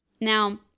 now